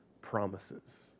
promises